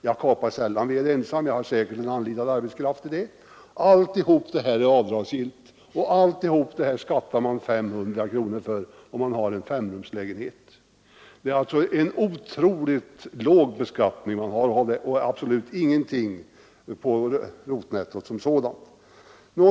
Jag kapar sällan veden ensam, jag har säkert anlitat arbetskraft för det. Allt detta är avdragsgillt, och allt detta skattar man 500 kronor för om man har en femrumsvilla. Det är alltså en otroligt låg beskattning och absolut ingenting på rotnettot som sådant.